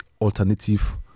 alternative